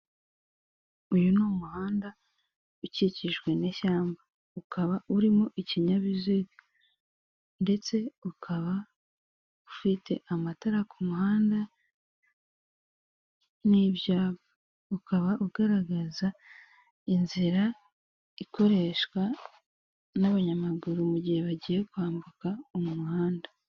Uyu ni umuhanda ukikijwe n'ishyamba, ukaba urimo ikinyabiziga ndetse ukaba ufite amatara ku muhanda n'ibyapa, ukaba ugaragaza inzira ikoreshwa n'abanyamaguru mu gihe bagiye kwambuka umuhanda.